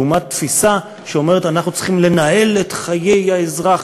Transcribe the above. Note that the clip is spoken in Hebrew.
לעומת תפיסה שאומרת: אנחנו צריכים לנהל את חיי האזרח,